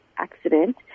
accident